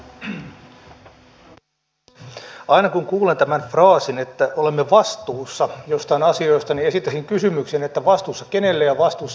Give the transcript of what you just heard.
täällä on pidetty tänään laadukkaita puheenvuoroja ja tuossa edustaja kanerva kannusti minua myös sellaiseen joten pyritään siihen